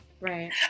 Right